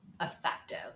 effective